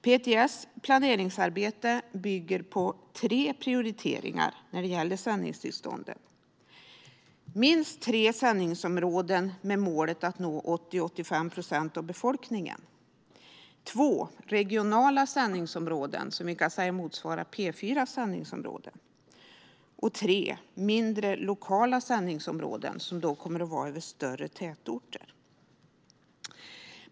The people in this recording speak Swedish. PTS planeringsarbete bygger på följande tre prioriteringar när det gäller sändningstillstånden: minst tre sändningsområden med målet att nå 80-85 procent av befolkningen regionala sändningsområden som kan sägas motsvara P4:s sändningsområden mindre, lokala sändningsområden över större tätorter.